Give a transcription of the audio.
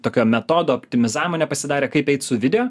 tokio metodo optimizavimo nepasidarė kaip eit su video